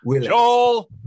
Joel